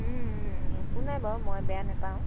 একো নাই বাৰু মই বেয়া নেপাওঁ